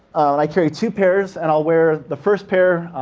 and i carry two pairs and i'll wear the first pair